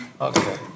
okay